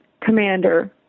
commander